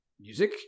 music